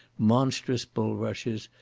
monstrous bulrushes,